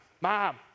mom